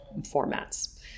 formats